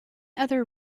other